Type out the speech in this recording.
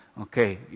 Okay